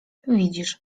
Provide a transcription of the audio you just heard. widzisz